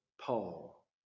Paul